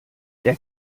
der